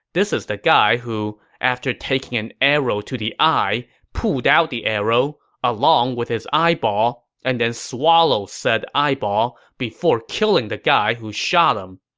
this is the guy who, after taking an arrow to the eye, pulled out the arrow, along with his eyeball, and then swallowed said eyeball before killing the man who shot him.